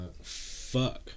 Fuck